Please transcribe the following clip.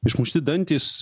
išmušti dantys